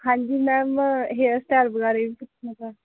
ਹਾਂਜੀ ma'am hair style ਬਾਰੇ ਪੁੱਛਣਾ ਤਾ